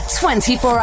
24